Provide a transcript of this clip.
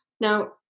Now